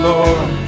Lord